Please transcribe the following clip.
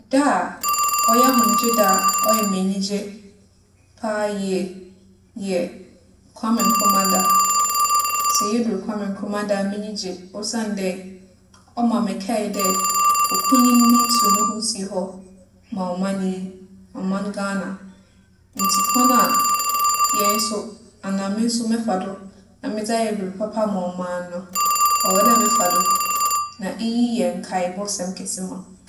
Da a ͻyɛ ahomgyeeda a ͻyɛ me enyigye paa yie yɛ Kwame Nkrumah da. Sɛ yedur Kwame Nkrumah da a m'enyi gye osiandɛ ͻma mekaa dɛ okunyin bi tuu noho sii hͻ ma ͻman yi, ͻman Ghana. Ntsi kwan a hɛn so anaa me so mɛfa do na medze ayɛ biribi papa ama ͻman no, ͻwͻ dɛ mefa do. Na iyi yɛ nkaabͻsɛm kɛse ma me.